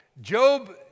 Job